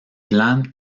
plan